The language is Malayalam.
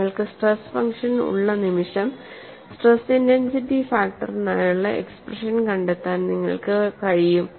നിങ്ങൾക്ക് സ്ട്രെസ് ഫംഗ്ഷൻ ഉള്ള നിമിഷം സ്ട്രെസ് ഇന്റൻസിറ്റി ഫാക്ടറിനായുള്ള എക്സ്പ്രഷൻ കണ്ടെത്താൻ നിങ്ങൾക്ക് കഴിയും